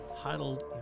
titled